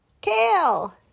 kale